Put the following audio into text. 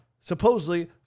supposedly